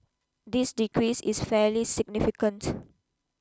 this decrease is fairly significant